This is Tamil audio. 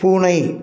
பூனை